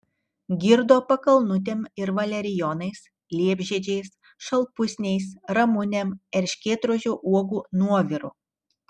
girdo pakalnutėm ir valerijonais liepžiedžiais šalpusniais ramunėm erškėtrožių uogų nuoviru